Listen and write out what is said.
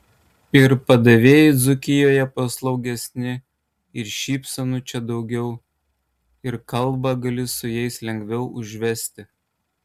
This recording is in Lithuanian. ir padavėjai dzūkijoje paslaugesni ir šypsenų čia daugiau ir kalbą gali su jais lengviau užvesti